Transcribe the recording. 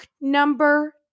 number